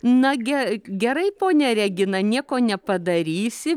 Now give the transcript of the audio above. nagi gerai ponia regina nieko nepadarysi